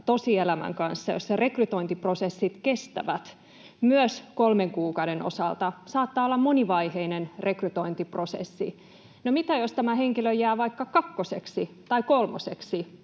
tosielämän kanssa, jossa rekrytointiprosessit kestävät. Myös kolmen kuukauden osalta saattaa olla monivaiheinen rekrytointiprosessi. No, mitä jos tämä henkilö jää vaikka kakkoseksi tai kolmoseksi?